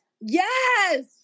Yes